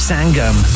Sangam